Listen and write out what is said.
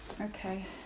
okay